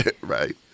right